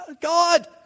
God